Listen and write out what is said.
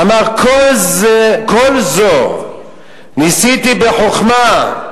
אמר: כל זו ניסיתי בחוכמה.